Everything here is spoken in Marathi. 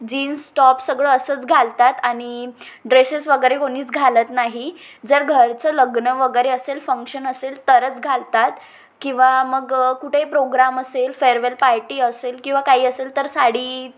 जीन्स टॉप सगळं असंच घालतात आणि ड्रेसेस वगैरे कोणीच घालत नाही जर घरचं लग्न वगैरे असेल फंक्शन असेल तरच घालतात किंवा मग कुठे प्रोग्राम असेल फेअरवेल पार्टी असेल किंवा काही असेल तर साडी